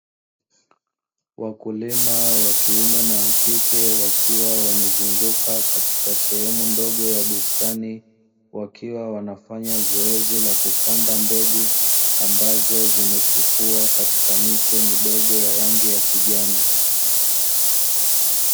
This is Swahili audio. Wakulima wa kiume na wa kike wakiwa wamezunguka katika sehemu ndogo ya bustani, wakiwa wanafanya zoezi la kupanda mbegu ambazo zimechipua katika miche midogo ya rangi ya kijani.